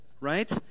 right